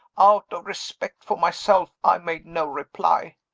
out of respect for myself, i made no reply.